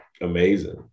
amazing